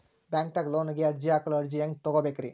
ಬ್ಯಾಂಕ್ದಾಗ ಲೋನ್ ಗೆ ಅರ್ಜಿ ಹಾಕಲು ಅರ್ಜಿ ಹೆಂಗ್ ತಗೊಬೇಕ್ರಿ?